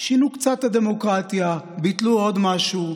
שינו קצת את הדמוקרטיה, ביטלו עוד משהו,